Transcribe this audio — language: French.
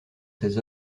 ses